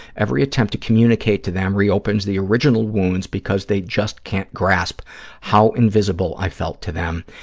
every attempt to communicate to them reopens the original wounds because they just can't grasp how invisible i felt to them,